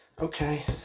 Okay